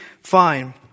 fine